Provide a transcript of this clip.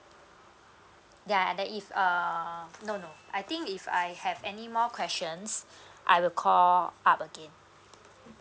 ya that if uh no no I think if I have any more questions I will call up again